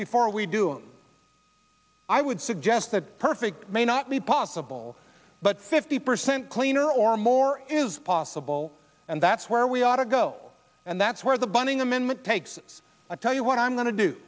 before we do i would suggest that perfect may not be possible but fifty percent cleaner or more is possible and that's where we ought to go and that's where the bunning amendment takes a tell you what i'm going to do